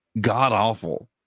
god-awful